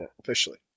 Officially